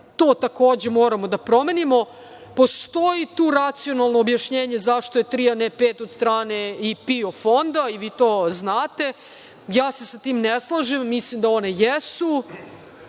to takođe moramo da promenimo. Postoji tu racionalno objašnjenje zašto je tri, a ne pet od strane i PIO Fonda i vi to znate. Ja se sa tim ne slažem, mislim da one jesu